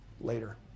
later